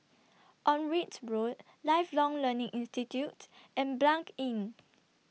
Onraet Road Lifelong Learning Institute and Blanc Inn